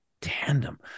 tandem